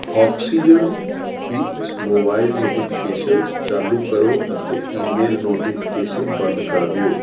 oxygen ਵਿੱਚ mobile notifications ਚਾਲੂ ਕਰੋ ਅਤੇ ਈ ਮੇਲ ਨੋਟੀਫਿਕੇਸ਼ਨ ਬੰਦ ਕਰ ਦਿਓ